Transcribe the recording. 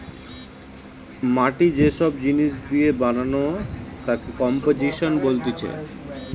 মাটি যে সব জিনিস দিয়ে বানানো তাকে কম্পোজিশন বলতিছে